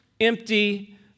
empty